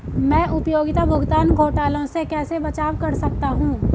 मैं उपयोगिता भुगतान घोटालों से कैसे बचाव कर सकता हूँ?